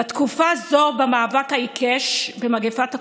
ובתקופה זו, במאבק העיקש במגפת הקורונה,